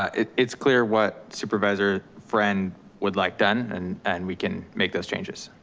ah it's clear what supervisor friend would like done and and we can make those changes.